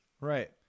Right